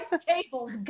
tables